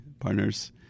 Partners